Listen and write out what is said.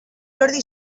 jordi